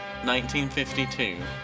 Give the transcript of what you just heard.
1952